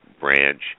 branch